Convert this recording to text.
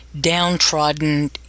downtrodden